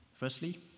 Firstly